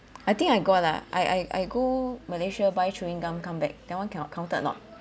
I think I got lah I I I go malaysia buy chewing gum come back that one cannot counted or not